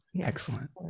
Excellent